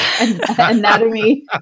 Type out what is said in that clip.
anatomy